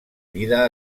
vida